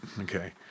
Okay